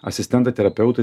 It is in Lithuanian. asistentą terapeutui